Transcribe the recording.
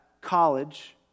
college